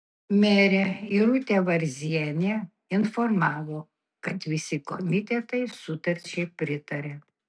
merė irutė varzienė informavo kad visi komitetai sutarčiai pritarė